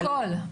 זה הכול.